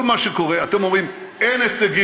כל מה שקורה, אתם אומרים: אין הישגים,